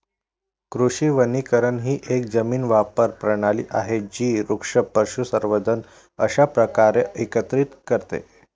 कृषी वनीकरण ही एक जमीन वापर प्रणाली आहे जी वृक्ष, पशुसंवर्धन अशा प्रकारे एकत्रित करते